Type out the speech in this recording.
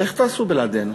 איך תסתדרו בלעדינו?